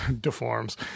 deforms